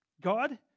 God